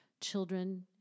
children